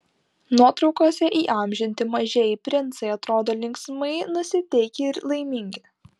nuotraukose įamžinti mažieji princai atrodo linksmai nusiteikę ir laimingi